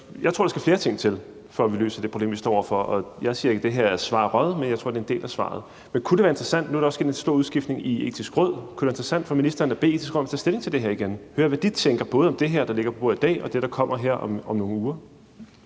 Jeg tror, der skal flere ting til, før vi løser det problem, vi står over for, og jeg siger ikke, at det her er svaret, men jeg tror, det er en del af svaret. Men kunne det være interessant – nu er der også sket en stor udskiftning i Det Etiske Råd – for ministeren at bede Det Etiske Råd om at tage stilling til det her igen og høre, hvad de tænker, både om det her, der ligger på bordet i dag, og det, der kommer her om nogle uger?